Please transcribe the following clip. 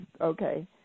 Okay